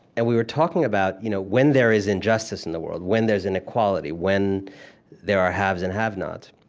and we were talking about you know when there is injustice in the world, when there's inequality, when there are haves and have nots,